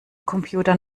computer